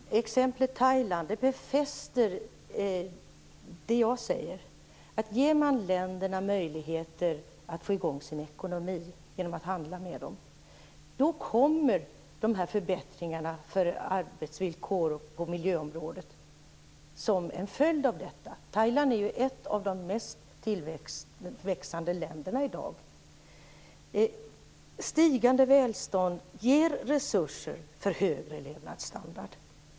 Herr talman! Exemplet Thailand befäster det som jag säger. Om man ger u-länderna möjligheter att få i gång sin ekonomi genom att handla med dem, då sker det förbättringar för arbetsvillkoren och på miljöområdet som en följd av detta. Thailand är ju ett av de länder där tillväxten ökar mest i dag. Stigande välstånd ger resurser för högre levnadsstandard.